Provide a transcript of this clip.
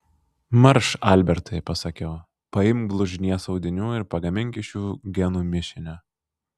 marš albertai pasakiau paimk blužnies audinių ir pagamink iš jų genų mišinio